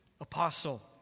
apostle